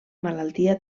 malaltia